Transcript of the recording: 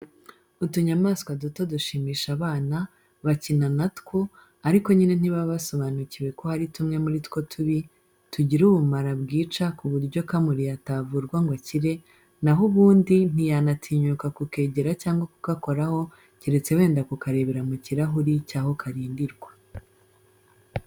Utunyamaswa duto dushimisha abana, bakina na two, ariko nyine ntibaba basobanukiwe ko hari tumwe muri two tubi, tugira ubumara bwica ku buryo kamuriye atavurwa ngo akire, na ho ubundi ntiyanatinyuka kukegera cyangwa kugakoraho keretse wenda kukarebera mu kirahuri cy'aho karindirwa.